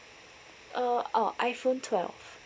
uh ah iPhone twelve